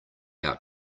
out